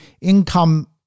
income